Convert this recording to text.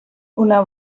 una